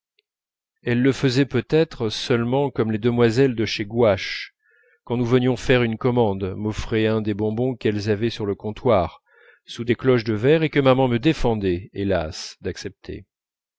elle le faisait peut-être seulement comme les demoiselles de chez gouache quand nous venions faire une commande m'offraient un des bonbons qu'elles avaient sur le comptoir sous des cloches de verre et que maman me défendait hélas d'accepter